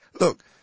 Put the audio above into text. Look